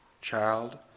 child